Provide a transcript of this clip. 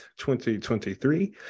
2023